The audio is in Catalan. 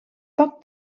poc